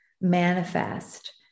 manifest